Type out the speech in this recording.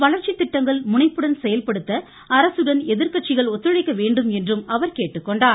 வளர்ச்சி திட்டங்கள் முனைப்புடன் செயல்படுத்த அரசுடன் எதிர்கட்சிகள் ஒத்துழைக்க அவர் கேட்டுக்கொண்டார்